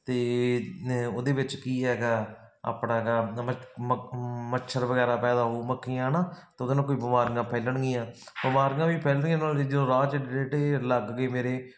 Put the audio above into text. ਅਤੇ ਨਾ ਉਹਦੇ ਵਿੱਚ ਕੀ ਹੈਗਾ ਆਪਣਾ ਜਿਹੜਾ ਮੱਛਰ ਵਗੈਰਾ ਪੈਦਾ ਹੋਊ ਮੱਖੀਆਂ ਹੈ ਨਾ ਅਤੇ ਉਹਦੇ ਨਾਲ ਕੋਈ ਬਿਮਾਰੀਆਂ ਫੈਲਣਗੀਆਂ ਬਿਮਾਰੀਆਂ ਵੀ ਫੈਲਦੀਆਂ ਨਾਲੇ ਜਦੋਂ ਰਾਹ 'ਚ ਏਡੇ ਏਡੇ ਢੇਰ ਲੱਗ ਗਏ ਮੇਰੇ